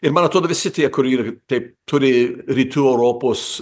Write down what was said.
ir man atrodo visi tie kur yr taip turi rytų europos